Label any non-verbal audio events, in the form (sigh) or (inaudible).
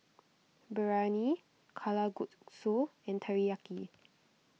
Biryani Kalguksu and Teriyaki (noise)